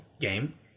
game